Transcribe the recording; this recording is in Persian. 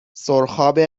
سرخاب